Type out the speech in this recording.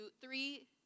three